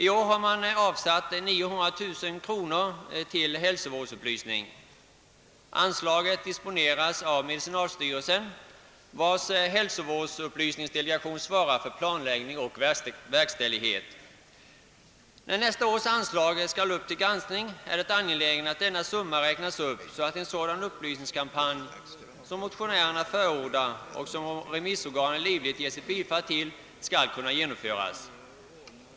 I år har man avsatt 900 000 kronor till hälsovårdsupplysning. Anslaget disponeras av medicinalstyrelsen, vars hälsovårdsupplysningsdelegation svarar för planläggning och verkställighet. När nästa års anslag skall upp till granskning är det angeläget att denna summa räknas upp, så att en sådan upplysningskampanj som motionärerna förordar och som remissorganen livligt ger sitt bifall kan genomföras.